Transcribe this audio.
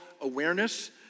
Awareness